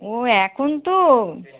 ও এখন তো